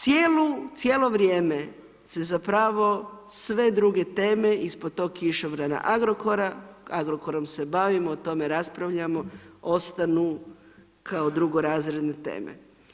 Cijelo vrijeme se zapravo sve druge teme ispod tog kišobrana Agrokora, Agrokorom se bavimo, o tome raspravljamo ostanu kao drugorazredne teme.